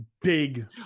Big